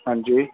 ہاں جی